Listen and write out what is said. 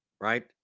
Right